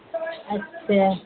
اچھا